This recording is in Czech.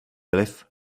vliv